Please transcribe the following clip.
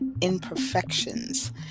imperfections